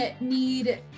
need